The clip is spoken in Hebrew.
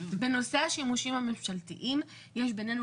בנושא השימושים הממשלתיים יש בינינו